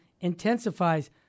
intensifies